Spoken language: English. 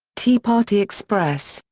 tea party express,